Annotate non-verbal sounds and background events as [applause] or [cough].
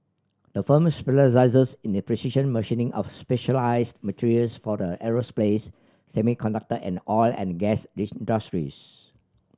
the firm specialises in the precision machining of specialised materials for the aerospace semiconductor and oil and gas [unintelligible] industries